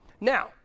Now